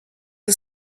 ein